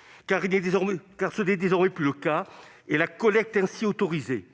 ». Ce n'est désormais plus le cas. La collecte ainsi autorisée